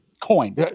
coin